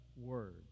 word